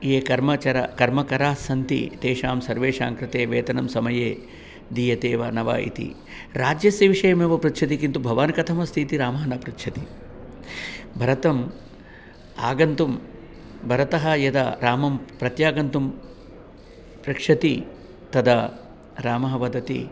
ये कर्मकराः कर्मकरास्सन्ति तेषां सर्वेषां कृते वेतनं समये दीयते वा न वा इति राज्यस्य विषयमेव पृच्छति किन्तु भवान् कथमस्ति इति रामः न पृच्छति भरतम् आगन्तुं भरतः यदा रामं प्रत्यागन्तुं प्रक्षति तदा रामः वदति